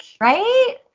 Right